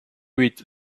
huit